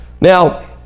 Now